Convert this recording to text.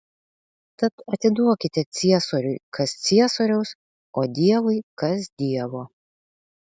tad atiduokite ciesoriui kas ciesoriaus o dievui kas dievo